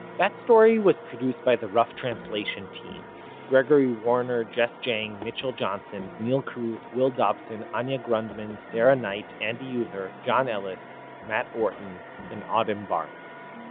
that story was produced by the rough translation team gregory warner, jess jiang, mitchell johnson, neal carruth, will dobson, anya grundmann, sarah knight, andy huether, john ellis, matt orton and autumn barnes.